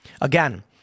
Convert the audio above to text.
Again